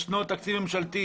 יש תקציב ממשלתי